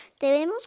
Debemos